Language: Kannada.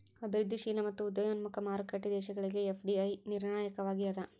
ಅಭಿವೃದ್ಧಿಶೇಲ ಮತ್ತ ಉದಯೋನ್ಮುಖ ಮಾರುಕಟ್ಟಿ ದೇಶಗಳಿಗೆ ಎಫ್.ಡಿ.ಐ ನಿರ್ಣಾಯಕವಾಗಿ ಅದ